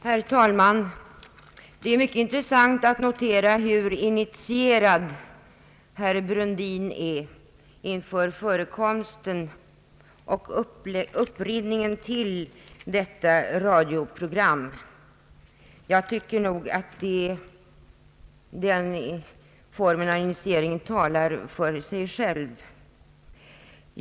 Herr talman! Det är mycket intressant att notera hur initierad herr Brundin är om förekomsten av och upprinnelsen till detta radioprogram. Jag tycker nog att den formen och den initieringen talar för sig själva.